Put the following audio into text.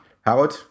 Howard